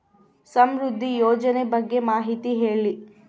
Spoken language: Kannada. ಸಮೃದ್ಧಿ ಯೋಜನೆ ಬಗ್ಗೆ ಮಾಹಿತಿ ಹೇಳಿ?